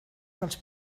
dels